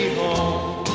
home